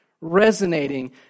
resonating